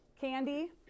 candy